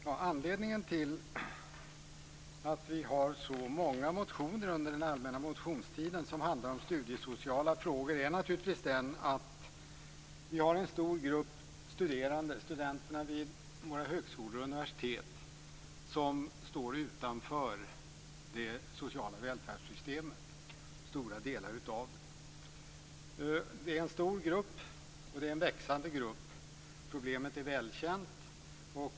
Fru talman! Anledningen till att så många motioner från den allmänna motionstiden handlade om studiesociala frågor är naturligtvis att en stor grupp studerande - studenterna vid våra högskolor och universitet - står utanför stora delar av det sociala välfärdssystemet. Det är en stor grupp, och det är en växande grupp. Problemet är välkänt.